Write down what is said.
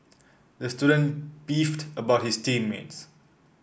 the student beefed about his team mates